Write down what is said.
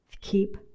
keep